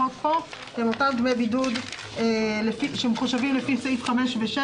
הם אותם דמי בידוד שמחושבים לפי סעיף 5 ו-6,